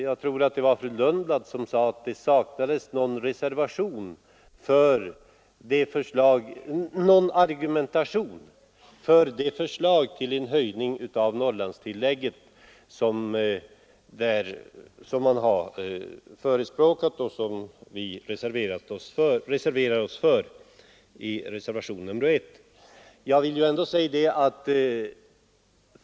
Jag tror att det var fru Lundblad som sade att det saknades argumentation för förslaget om höjning av Norrlandstillägget vilket förespråkas i reservationen 1.